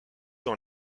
dans